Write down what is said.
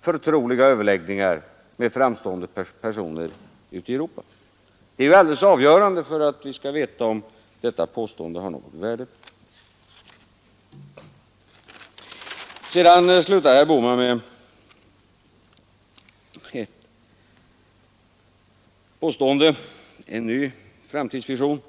förtroliga överläggningar med framstående personer ute i Europa? Det är avgörande för att vi skall veta om detta påstående har något värde. Herr Bohman slutade med en ny framtidsvision.